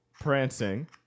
prancing